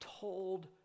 told